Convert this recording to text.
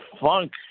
Funk